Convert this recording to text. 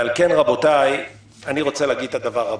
ועל כן, רבותיי, אני רוצה להגיד את הדבר הבא.